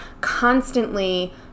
constantly